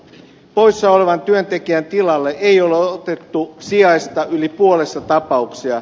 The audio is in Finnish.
poissa olevan työntekijän tilalle ei ole otettu sijaista yli puolessa tapauksia